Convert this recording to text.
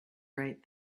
right